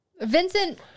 Vincent